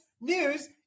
news